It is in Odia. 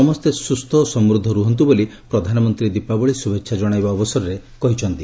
ସମସ୍ତେ ସୁସ୍ଥ ଓ ସମୃଦ୍ଧ ରୁହନ୍ତୁ ବୋଲି ପ୍ରଧାନମନ୍ତ୍ରୀ ଦୀପାବଳି ଶୁଭେଚ୍ଛା ଜଣାଇବା ଅବସରରେ କହିଛନ୍ତି